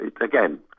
again